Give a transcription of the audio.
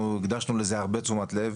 אנחנו הקדשנו לזה הרבה תשומת לב,